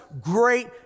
great